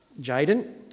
Jaden